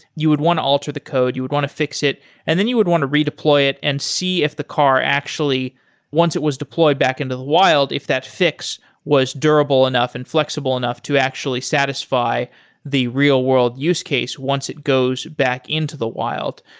you would want to alter the code. you would want to fix it and then you would want to redeploy it and see if the car actually once it was deployed back in the wild, if that fix was durable enough and flexible enough to actually satisfy the real world use case once it goes back into the wild.